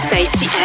Safety